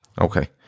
okay